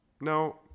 No